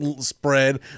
spread